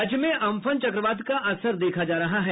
राज्य में अम्फन चक्रवात का असर देखा जा रहा है